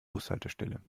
bushaltestelle